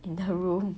in her room